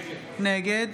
נגד